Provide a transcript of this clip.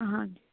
ਹਾਂਜੀ